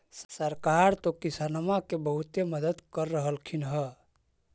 सरकार तो किसानमा के बहुते मदद कर रहल्खिन ह?